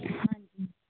ਹਾਂਜੀ